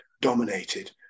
dominated